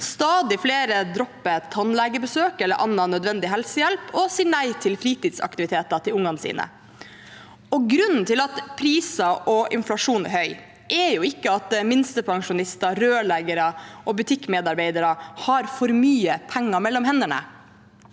Stadig flere dropper tannlegebesøk eller annen nødvendig helsehjelp, og de sier nei til fritidsaktiviteter til ungene sine. Grunnen til at prisene er høye og inflasjonen er høy, er jo ikke at minstepensjonister, rørleggere og butikkmedarbeidere har for mye penger mellom hendene.